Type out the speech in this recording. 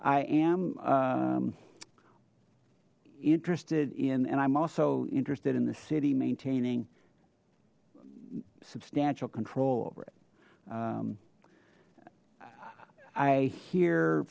am interested in and i'm also interested in the city maintaining substantial control over it i hear